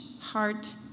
heart